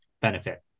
benefit